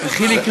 זה הכי חשוב.